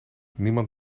niemand